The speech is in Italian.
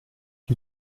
gli